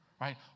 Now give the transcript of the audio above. right